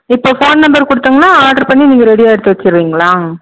இப்போ phone number கொடுத்தங்கன்னா ஆட்ரு பண்ணி நீங்கள் ரெடியாக எடுத்து வெச்சிடுவீங்களா